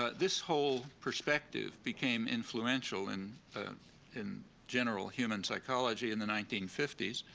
ah this whole perspective became influential in in general human psychology in the nineteen fifty s,